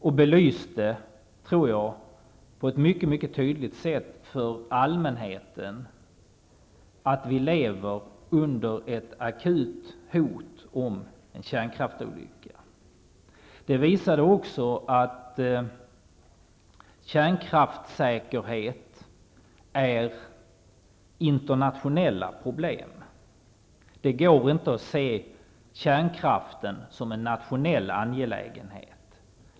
Den belyste på ett mycket tydligt sätt för allmänheten att vi lever under ett akut hot om en kärnkraftsolycka. Den visade också att kärnkraftssäkerhet är ett internationellt problem. Det går inte att se kärnkraften som en nationell angelägenhet.